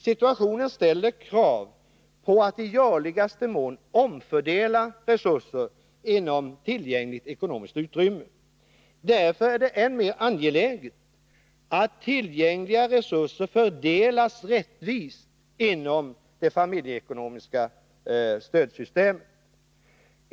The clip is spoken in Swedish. Situationen ställer krav på att man i görligaste mån omfördelar resurser inom tillgängligt ekonomiskt utrymme. Därför är det än mer angeläget att tillgängliga resurser fördelas rättvist inom det familjeekonomiska stödsystemet.